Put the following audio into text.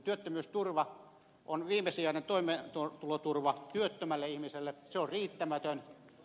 työttömyysturva on viimesijainen toimeentuloturva työttömälle ihmiselle se on riittämätön